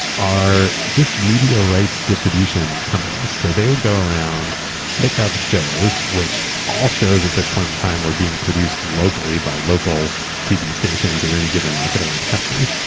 are just media rights distribution companies. so they would go around pick up shows, which all shows at this point in time we're being produced locally by local tv stations in any given market around the country,